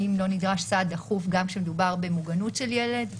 האם לא נדרש סעד דחוף גם כשמדובר במוגנות של ילד?